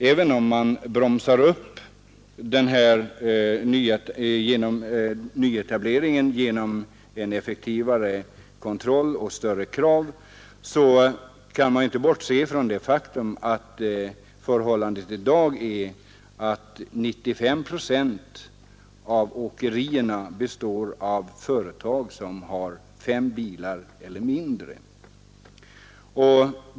Även om man bromsar upp nyetableringen genom en effektivare kontroll och större krav, kvarstår faktum att 95 procent av åkerierna i dag består av företag som har fem bilar eller färre.